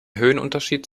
höhenunterschied